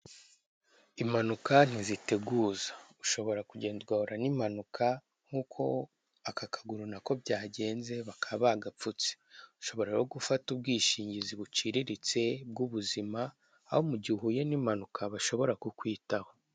Impanuka ntiziteguza, ushobora kugenda ugahura n'impanuka nk'uko aka kaguru nako byagenze bakaba bagapfutse, ushobora rero gufata ubwishingizi buciriritse bw'ubuzima aho mu gihe uhuye n'impanuka bashobora kukwitaho.